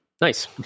Nice